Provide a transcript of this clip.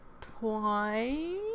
twice